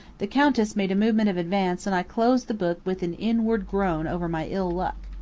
the countess made a movement of advance and i closed the book with an inward groan over my ill-luck.